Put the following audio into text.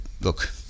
look